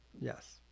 yes